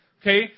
Okay